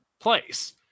place